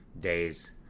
days